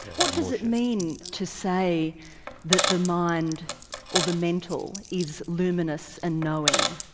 what does it mean to say that the mind or the mental is luminous and knowing?